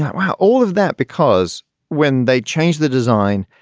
now, all of that because when they changed the design,